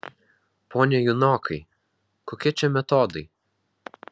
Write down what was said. pone junokai kokie čia metodai